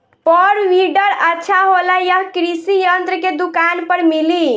Power weeder अच्छा होला यह कृषि यंत्र के दुकान पर मिली?